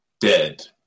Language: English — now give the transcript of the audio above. dead